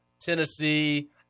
Tennessee